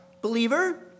believer